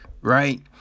right